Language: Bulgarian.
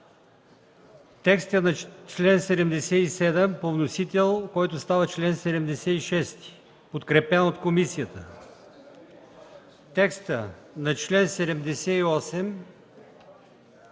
текста на чл. 77 по вносител, който става чл. 76, подкрепен от комисията, и текста на чл. 78